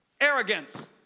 arrogance